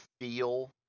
feel